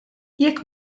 jekk